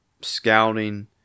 scouting